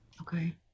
Okay